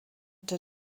der